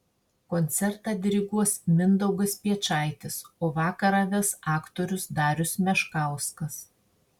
koncertą diriguos mindaugas piečaitis o vakarą ves aktorius darius meškauskas